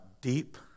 deep